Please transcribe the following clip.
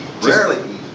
Rarely